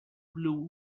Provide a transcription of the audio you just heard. blue